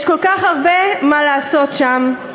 יש כל כך הרבה מה לעשות שם,